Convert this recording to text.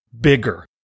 bigger